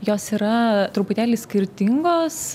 jos yra truputėlį skirtingos